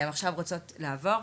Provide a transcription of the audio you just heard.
אני צריכה למצוא את הפתרונות לבד,